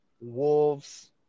wolves